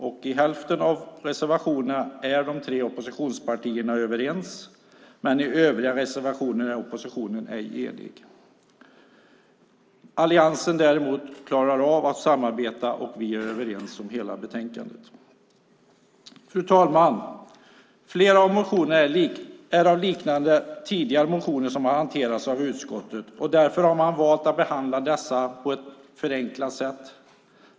Om hälften av reservationerna är de tre oppositionspartierna överens, men om övriga reservationer är oppositionen ej enig. Alliansen däremot klarar av att samarbeta, och vi är överens om hela betänkandet. Fru talman! Flera av motionerna är liknande tidigare motioner som har hanterats av utskottet. Därför har man valt att behandla dessa på ett förenklat sätt.